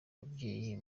ababyeyi